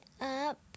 up